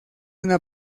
una